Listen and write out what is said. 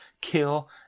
kill